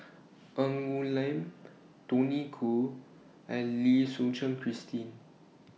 Ng Woon Lam Tony Khoo and Lim Suchen Christine